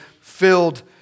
filled